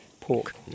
pork